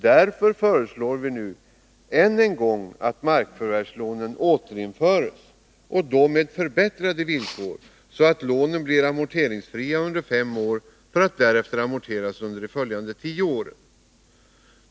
Därför föreslår vi nu än en gång att markförvärvslånen återinförs, och då med förbättrade villkor, så att lånen blir amorteringsfria under fem år, för att därefter amorteras under de följande tio åren.